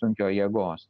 sunkio jėgos